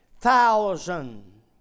thousand